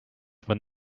when